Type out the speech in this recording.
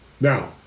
Now